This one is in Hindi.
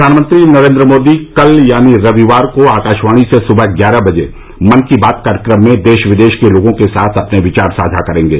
प्रधानमंत्री नरेन्द्र मोदी कल यानी रविवार को आकाशवाणी से सुबह ग्यारह बजे मन की बात कार्यक्रम में देश विदेश के लोगों के साथ अपने विचार साझा करेंगे